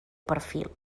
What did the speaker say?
perfil